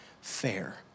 fair